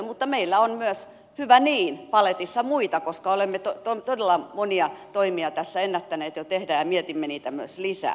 mutta meillä on myös hyvä niin paletissa muita koska olemme todella monia toimia tässä ennättäneet jo tehdä ja mietimme niitä myös lisää